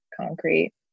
Concrete